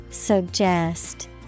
Suggest